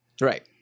Right